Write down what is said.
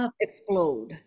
explode